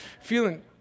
feeling